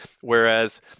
whereas